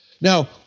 Now